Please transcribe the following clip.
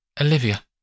Olivia